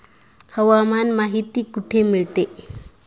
हवामान माहिती कुठे मिळते?